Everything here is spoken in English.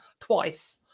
twice